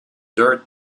dirt